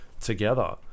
together